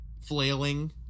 flailing